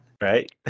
Right